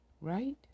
right